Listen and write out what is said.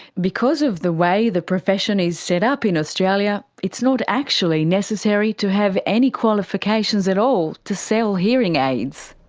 because of the way the profession is set up in australia, it's not actually necessary to have any qualifications at all to sell hearing aids.